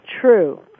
true